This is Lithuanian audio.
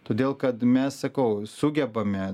todėl kad mes sakau sugebame